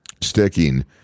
sticking